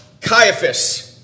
Caiaphas